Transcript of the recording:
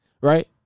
right